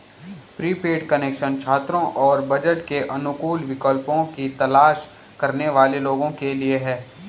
prepaid connection छात्रों और बजट के अनुकूल विकल्पों की तलाश करने वाले लोगों के लिए है